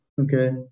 Okay